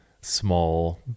small